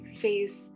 face